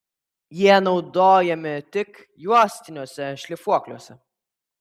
jie naudojami tik juostiniuose šlifuokliuose